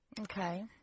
Okay